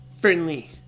friendly